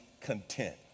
content